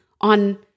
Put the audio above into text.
on